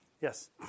Yes